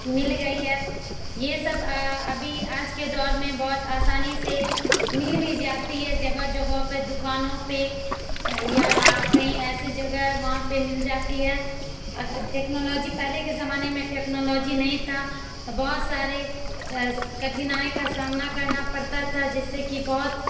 مل گئی ہے یہ سب ابھی آج کے دور میں بہت آسانی سے مل بھی جاتی ہے جگہ جگہوں پہ دکانوں پہ یا کہیں ایسی جگہ وہاں پہ مل جاتی ہے ٹیکنالوجی پہلے کے زمانے میں ٹیکنالوجی نہیں تھا تو بہت سارے کٹھنائی کا سامنا کرنا پڑتا تھا جس سے کہ بہت